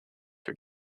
were